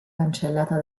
cancellata